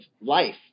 life